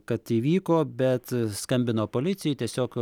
kad įvyko bet skambino policijai tiesiog